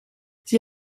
sie